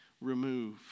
remove